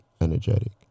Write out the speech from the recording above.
energetic